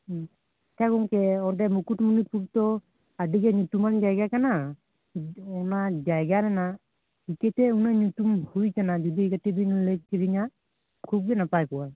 ᱟᱪᱪᱷᱟ ᱜᱚᱝᱠᱮ ᱚᱸᱰᱮ ᱢᱩᱠᱩᱴᱢᱩᱱᱤᱯᱩᱨ ᱫᱚ ᱟᱹᱰᱤᱜᱮ ᱧᱩᱛᱩᱢᱟᱱ ᱡᱟᱭᱜᱟ ᱠᱟᱱᱟ ᱚᱱᱟ ᱡᱟᱭᱜᱟ ᱨᱮᱱᱟᱜ ᱪᱤᱠᱟᱹᱛᱮ ᱩᱱᱟᱹᱜ ᱧᱩᱛᱩᱢ ᱦᱩᱭ ᱟᱠᱟᱱᱟ ᱡᱩᱫᱤ ᱠᱟᱴᱤᱡᱵᱤᱱ ᱞᱟᱹᱭ ᱠᱮᱞᱤᱧᱟ ᱠᱷᱩᱵᱜᱮ ᱱᱟᱯᱟᱭ ᱠᱚᱜᱼᱟ